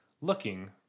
looking